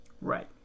Right